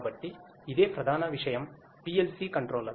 కాబట్టి ఇదే ప్రధాన విషయం PLC కంట్రోలర్